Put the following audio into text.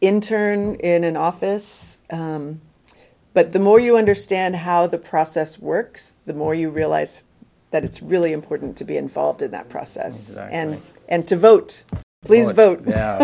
intern in an office but the more you understand how the process works the more you realize that it's really important to be involved in that process and to vote